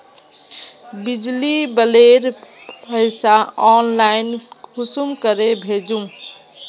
बिजली बिलेर पैसा ऑनलाइन कुंसम करे भेजुम?